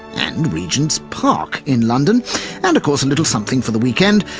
and regents park in london and, of course, a little something for the weekend,